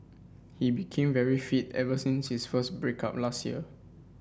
he became very fit ever since his first break up last year